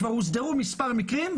כבר הוסדרו מספר מקרים,